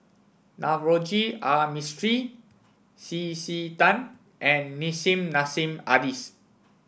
Navroji R Mistri C C Tan and Nissim Nassim Adis